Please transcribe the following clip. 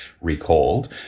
recalled